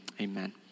amen